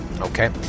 Okay